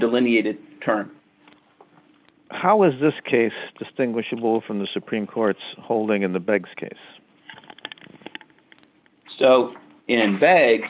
delineated term how is this case distinguishable from the supreme court's holding in the bigs case so in bag